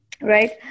Right